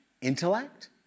Intellect